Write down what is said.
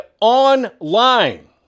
online